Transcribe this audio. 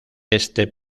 este